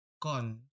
gone